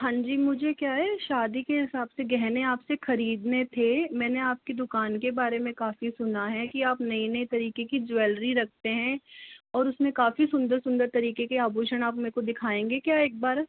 हाँ जी मुझे क्या है शादी के हिसाब से गहने आपसे खरीदने थे मैंने आपकी दुकान के बारे में काफ़ी सुना है कि आप नई नई तरीके की ज्वेलरी रखते हैं और उसमें काफ़ी सुन्दर सुन्दर तरीके के आभूषण आप मेरे को दिखायेंगे क्या एक बार